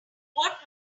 what